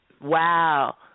Wow